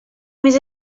més